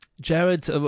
Jared